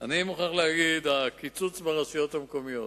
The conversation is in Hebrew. אני מוכרח להגיד על הקיצוץ ברשויות המקומיות,